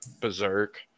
Berserk